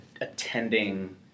attending